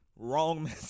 Wrong